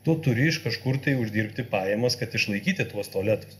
tu turi iš kažkur tai uždirbti pajamas kad išlaikyti tuos tualetus